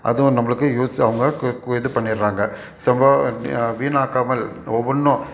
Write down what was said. அதுவும் நம்பளுக்கு யூஸ்ஸு அவர்களும் கு கு இது பண்ணிடறாங்க செவ்வா வீணாக்காமல் ஒவ்வொன்றூம்